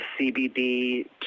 CBD